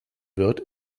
wird